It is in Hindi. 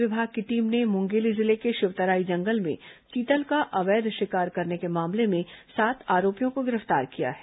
वन विभाग की टीम ने मुंगेली जिले के शिवतराई जंगल में चीतल का अवैध शिकार करने के मामले में सात आरोपियों को गिरफ्तार किया है